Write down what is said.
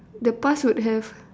the past would have